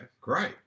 Great